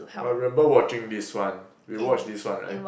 oh I remember watching this one we watch this one right